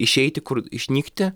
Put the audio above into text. išeiti kur išnykti